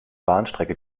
bahnstrecke